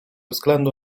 względu